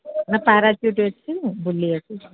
ନା ପାରାଚୁଟ ଅଛି ବୁଲିବାକୁ